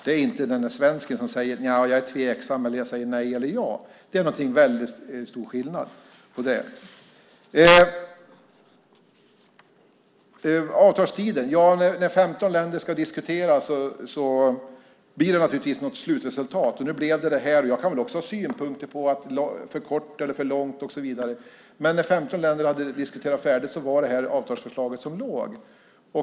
Det är inte den där svensken som säger sig vara tveksam eller som säger nej eller ja. Det är en väldigt stor skillnad. När 15 länder ska diskutera blir det naturligtvis ett slutresultat. Nu blev det detta. Jag kan också ha synpunkter på om det är för kort eller långt, men när 15 länder hade diskuterat färdigt blev det detta avtalsförslag.